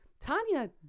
Tanya